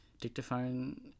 dictaphone